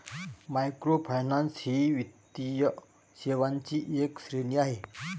microfinance ही वित्तीय सेवांची एक श्रेणी आहे